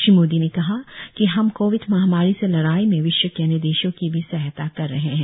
श्री मोदी ने कहा कि हम कोविड महामारी से लडाई में विश्व के अन्य देशों की भी सहायता कर रहे हैं